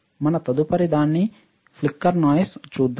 మన తదుపరిదాన్ని flicker noise చూద్దాం